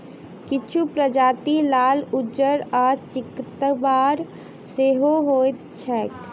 किछु प्रजाति लाल, उज्जर आ चितकाबर सेहो होइत छैक